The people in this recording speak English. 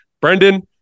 Brendan